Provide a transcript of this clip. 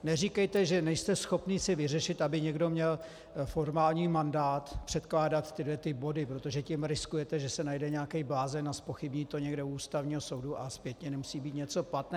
Neříkejte, že nejste schopni si vyřešit, aby někdo měl formální mandát předkládat tyto body, protože tím riskujete, že se najde nějaký blázen a zpochybní to někde u Ústavního soudu a zpětně nemusí být něco platné.